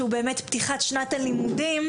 שהוא באמת פתיחת שנת הלימודים,